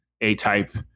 A-type